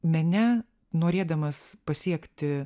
mene norėdamas pasiekti